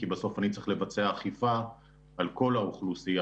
כי בסוף אני צריך לבצע אכיפה על כל האוכלוסייה.